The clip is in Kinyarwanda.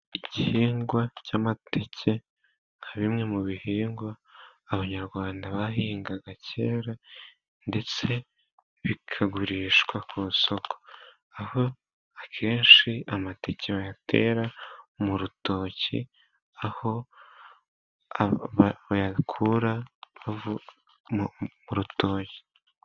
Igihingwa cy'amateke, nka bimwe mu bihingwa abanyarwanda bahingaga kera ndetse bikagurishwa ku isoko, aho akenshi amateke bayatera mu rutoki, aho bayakura mu urutoki